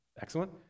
Excellent